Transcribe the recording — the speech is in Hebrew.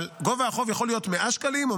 אבל גובה החוב יכול להיות 100 שקלים או